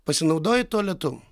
pasinaudoji tualetu